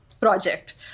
project